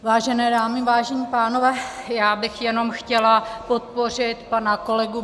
Vážené dámy, vážení pánové, já bych jenom chtěla podpořit pana kolegu Bartoška.